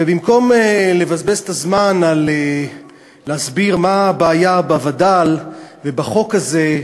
ובמקום לבזבז את הזמן על להסביר מה הבעיה בווד"ל ובחוק הזה,